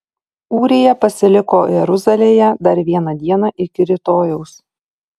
ūrija pasiliko jeruzalėje dar vieną dieną iki rytojaus